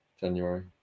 january